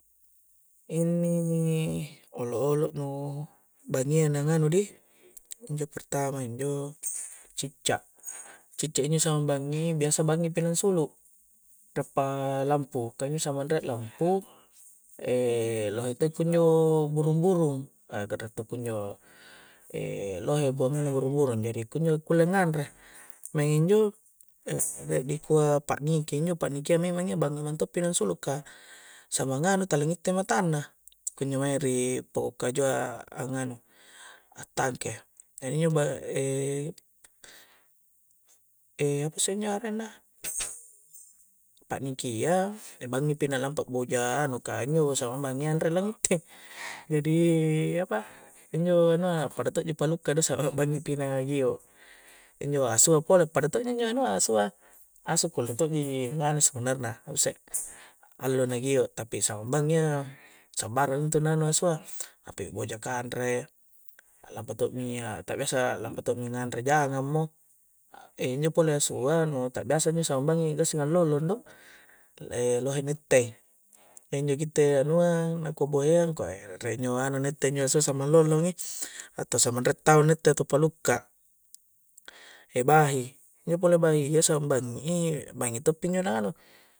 Inni' olo-olo nu' bangi'a na nganu di' injo' pertama injo' cicca' cicca' injo' sambangi' biasa bangi' pi nangsulu', re' pa lampu kah injo' samang re' lampu e' lohe' to' kunjo' burung-burung, na kanre to' kunjo' e' lohe ko mange' burung-burung, jadi kunjo' kulle nganre' maeng' injo' re' dikua' pa'niki, injo' pa'niki ya memang iya banging' minto'pi nangsulu kah, samang' nganu' tala ngitte' matanna kunjo' mae' ri' poko' kaju'a a' nganu a'ttakke'. e' injo' bah e' e' apa isse' injo arengna e' pa'nikia e' banging' pi' na lampa' boja anu' kah injo' sammangian' re' lalette', jadi apa injo' anua' pada to'ji palukka' do' saat' banging'ki na gio', injo' asua' pole' pada to' injo' nu nganua' sua', asu' kulle' to'ji nganu' sebenarna' usse' allo' na gio' tapi samang' banging' iya sambarang intu' nu anu asua' tapi hoja' kanre', a' lampa to' mi a ta'biasa lampa to' mi nganre' jangang'mo, e' injo' pole asua' nu' ta' biasa injo' sa'banging' gassing' allollong' do', e' lohe na itte', injo' gitte' anua' nakukuheang', ko'e rie' injo' anu na itte' injo' sosso'mallolongi, atau samang' re' tau' na itte' atau palukka' e' bahi' injo' pole bahi' ya sambanging'i, bangi'i pi injo' na anu